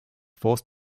forced